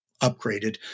upgraded